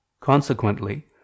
Consequently